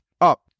up